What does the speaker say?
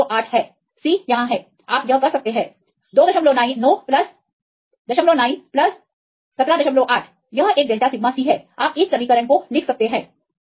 यह 48 है C यहां है आप यह कर सकते हैं 29 09 178 यह एक डेल्टा सिग्मा C है आप इस समीकरण को लिख सकते हैं